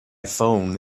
phone